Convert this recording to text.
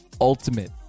ultimate